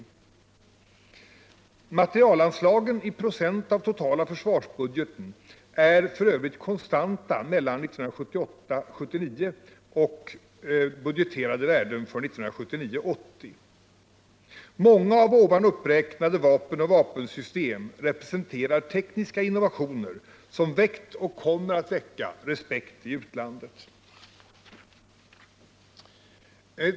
Materielanslagen i procent av totala försvarsbudgeten är f. ö. konstanta mellan 1978 80. Många av här uppräknade vapen och vapensystem representerar tekniska innovationer som har väckt och kommer att väcka respekt i utlandet.